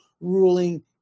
ruling